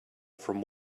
from